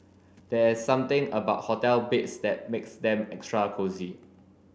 there's something about hotel beds that makes them extra cosy